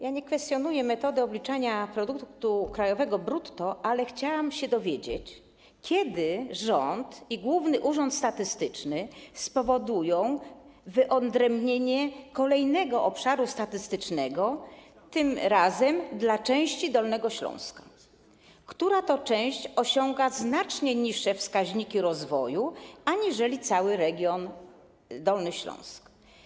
Ja nie kwestionuję metody obliczania produktu krajowego brutto, ale chciałam się dowiedzieć, kiedy rząd i Główny Urząd Statystyczny spowodują wyodrębnienie kolejnego obszaru statystycznego, tym razem chodzi o część Dolnego Śląska, która osiąga znacznie niższe wskaźniki rozwoju aniżeli cały region Dolny Śląsk.